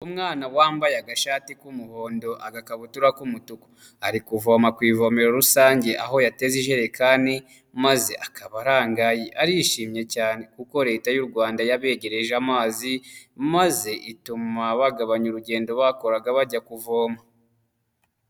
Umwana wambaye agashati k'umuhondo agakabutura k'umutuku ari kuvoma ku ivomero rusange aho yateze ijerekani maze akaba arangaye. Arishimye cyane kuko leta y'u Rwanda yabegereje amazi maze ituma bagabanya urugendo bakoraga bajya kuvoma.